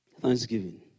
Thanksgiving